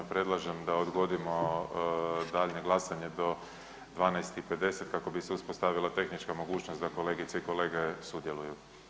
Predlažem da odgodimo daljnje glasanje do 12,50 kako bi se uspostavila tehnička mogućnost da kolegice i kolege sudjeluju.